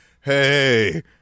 hey